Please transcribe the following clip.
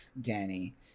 Danny